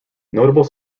notable